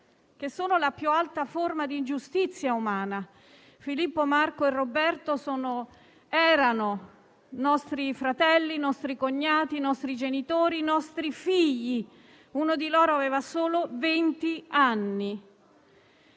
che sono la più alta forma di ingiustizia umana. Filippo, Marco e Roberto erano nostri fratelli, nostri cognati, nostri genitori, nostri figli: uno di loro aveva solo vent'anni.